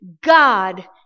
God